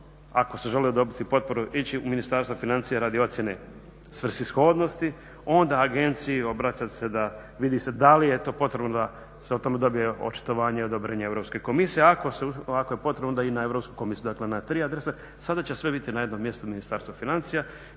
ako si želio dobiti potporu ići u Ministarstvo financija radi ocjene svrsishodnosti. Onda agenciji obraćati se da vidi se da li je to potrebno da se o tome dobije očitovanje i odobrenje Europske komisije, ako je potrebno onda i na Europsku komisiju. Dakle, na tri adrese. Sada će sve biti na jednom mjestu u Ministarstvu financija,